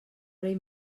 rei